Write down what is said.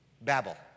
Babel